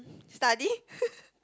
study